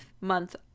month